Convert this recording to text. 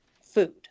food